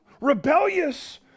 rebellious